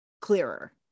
clearer